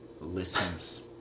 listens